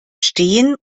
stehen